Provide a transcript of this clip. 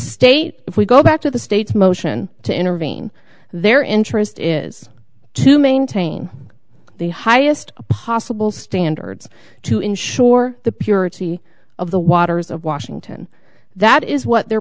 state if we go back to the states motion to intervene their interest is to maintain the highest possible standards to ensure the purity of the waters of washington that is what the